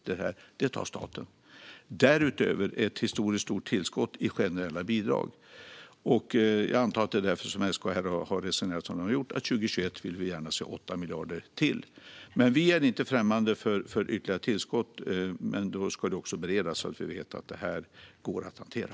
Därutöver kommer ett historiskt stort tillskott i generella bidrag, och jag antar att det är därför SKR har resonerat som de gjort - att de gärna vill se 8 miljarder till för 2021. Vi är inte främmande för ytterligare tillskott, men då ska det beredas så att vi vet att det går att hantera.